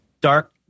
dark